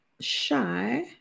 Shy